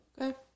Okay